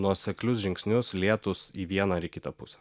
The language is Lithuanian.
nuoseklius žingsnius lietus į vieną ar į kitą pusę